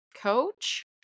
coach